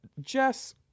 Jess